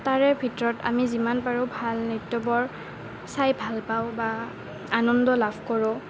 তাৰে ভিতৰত আমি যিমান পাৰোঁ ভাল নৃত্যবোৰ চাই ভাল পাওঁ বা আনন্দ লাভ কৰোঁ